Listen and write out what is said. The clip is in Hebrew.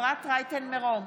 אפרת רייטן מרום,